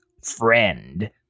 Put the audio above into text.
friend